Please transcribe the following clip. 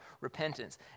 repentance